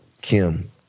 Kim